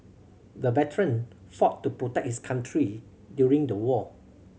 the veteran fought to protect his country during the war